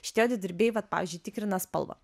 šitie odadirbiai vat pavyzdžiui tikrina spalvą